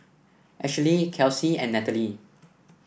Ashely Kelsie and Natalie